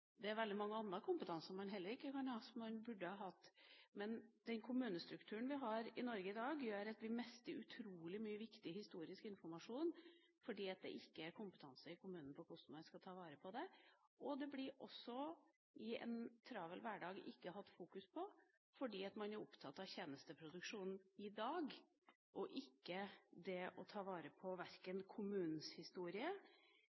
Det er veldig mye annen kompetanse man heller ikke kan ha, som man burde hatt, men den kommunestrukturen vi har i Norge i dag, gjør at vi mister utrolig mye viktig historisk informasjon, fordi det i kommunen ikke er kompetanse på hvordan man skal ta vare på det. I en travel hverdag er det ikke fokus på det, fordi man er opptatt av tjenesteproduksjonen i dag, og ikke det å ta vare på